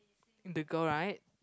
the girl right